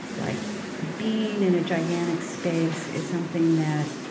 like being in a gigantic space is something that,